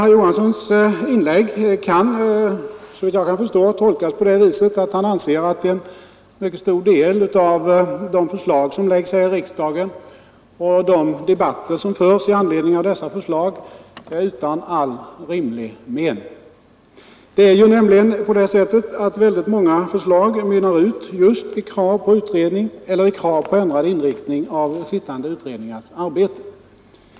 Herr Johanssons inlägg kan, såvitt jag förstår, tolkas på det viset att han anser att en mycket stor del av de förslag som läggs fram här i riksdagen och de debatter som förs med anledning av dessa förslag är utan all rimlig mening. Väldigt många förslag mynnar ju ut i krav på utredning eller i krav på ändrad inriktning av en sittande utrednings arbete.